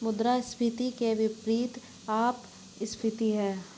मुद्रास्फीति के विपरीत अपस्फीति है